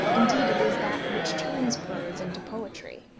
indeed it is that which turns prose into poetry.